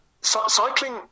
cycling